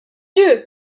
dieu